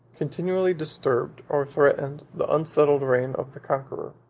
continually disturbed, or threatened, the unsettled reign of the conqueror.